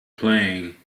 playing